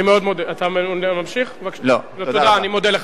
אני מאוד מודה.